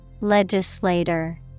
Legislator